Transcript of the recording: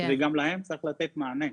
וגם להם צריך לתת מענה.